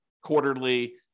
quarterly